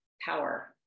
power